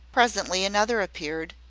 presently another appeared,